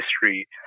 history